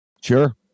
Sure